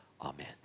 Amen